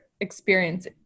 experience